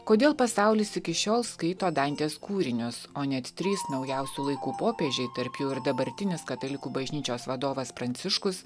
kodėl pasaulis iki šiol skaito dantės kūrinius o net trys naujausių laikų popiežiai tarp jų ir dabartinis katalikų bažnyčios vadovas pranciškus